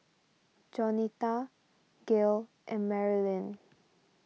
Jaunita Gail and Marylyn